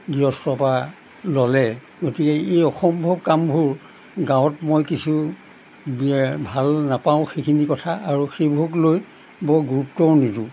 গৃহস্থৰ পা ল'লে গতিকে এই অসম্ভৱ কামবোৰ গাঁৱত মই কিছু বি ভাল নাপাওঁ সেইখিনি কথা আৰু সেইবোৰক লৈ বৰ গুৰুত্বও নিদোঁ